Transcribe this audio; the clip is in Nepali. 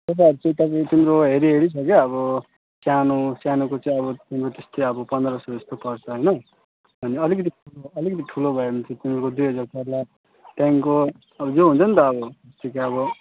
सोफाहरू चाहिँ तपाईँ तिम्रो हेरी हेरी छ के अब सानो सानोको चाहिँ अब त्यसमा त्यस्तै अब पन्ध्र सौ जस्तो पर्छ होइन अनि अलिकति अलिकति ठुलो भयो भने चाहिँ तिमीहरूको दुई हजार पर्ला त्यहाँदेखिको अब यो हुन्छ नि त अब जस्तै कि अब